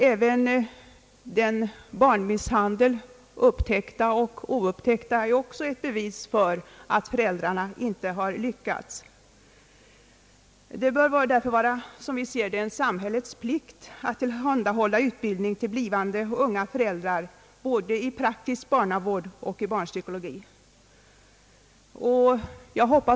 även den barnmisshandel, upptäckt och oupptäckt, som förekommer, är också ett bevis för att föräldrarna inte har lyckats. Som vi ser det bör det därför vara en samhällets plikt att tillhandahålla utbildning både i praktisk barnavård och barnpsykologi till blivande unga föräldrar.